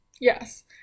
Yes